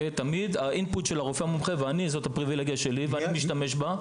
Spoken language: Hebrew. תמיד ה-input של הרופא המומחה ואני זאת הפריבילגיה שלי ואני משתמש בה.